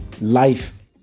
life